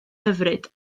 hyfryd